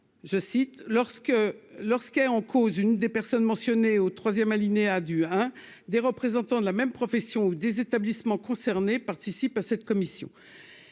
lorsque, lorsque est en cause, une des personnes mentionnées au 3ème alinéa du hein, des représentants de la même profession ou des établissements concernés participent à cette commission,